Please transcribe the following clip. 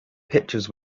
pictures